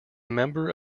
member